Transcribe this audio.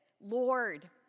Lord